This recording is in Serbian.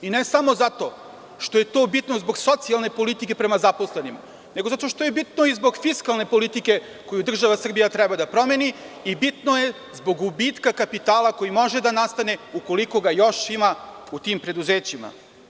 Ne samo zato što je to bitno zbog socijalne politike prema zaposlenima, nego zato što je bitno i zbog fiskalne politike koju država Srbija treba da promeni i bitno je zbog gubitka kapitala koji može da nastane ukoliko ga još ima u tim preduzećima.